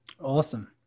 Awesome